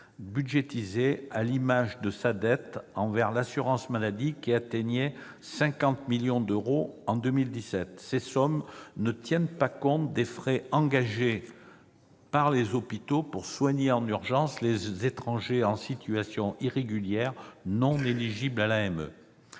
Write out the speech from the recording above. sous-budgétisée, comme le démontre sa dette envers l'assurance maladie, qui atteignait 50 millions d'euros en 2017. Ces sommes ne tiennent pas compte des frais engagés par les hôpitaux pour soigner en urgence les étrangers en situation irrégulière non éligibles à l'AME.